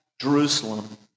Jerusalem